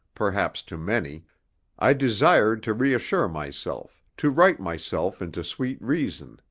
perhaps, to many i desired to reassure myself, to write myself into sweet reason,